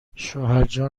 شوهرجان